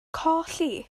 colli